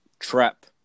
Trap